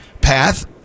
Path